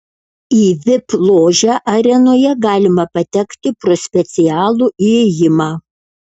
į vip ložę arenoje galima patekti pro specialų įėjimą